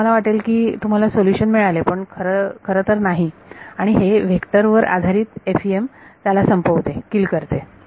म्हणून तुम्हाला वाटेल की तुम्हाला सोल्युशन मिळाले परंतु खरंतर नाही आणि आणि हे व्हेक्टर वर आधारित FEM त्याला संपवते